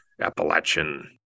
Appalachian